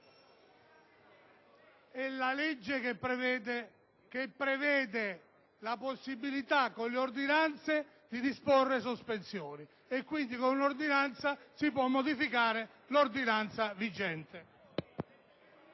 È la legge che prevede la possibilità, con le ordinanze, di disporre sospensioni. Quindi, con un'ordinanza si può modificare l'ordinanza vigente.